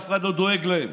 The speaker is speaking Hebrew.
אף אחד לא דואג להם.